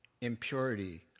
impurity